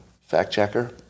fact-checker